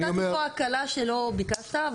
נתתי פה הקלה שלא ביקשת.